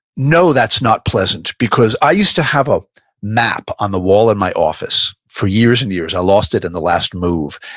no, that's not pleasant because i used to have a map on the wall in my office for years and years. i lost it in the last move,